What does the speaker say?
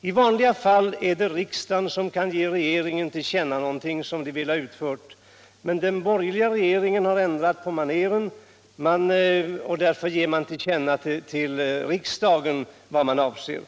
I vanliga fall är det riksdagen som kan ge regeringen till känna någonting som den vill ha utfört. Men den borgerliga regeringen har ändrat på maneren, och därför ger man till känna för riksdagen vad man avser.